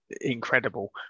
incredible